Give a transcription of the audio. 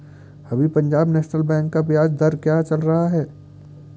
अभी Punjab national bank का ब्याज दर क्या चल रहा है?